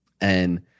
And-